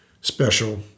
special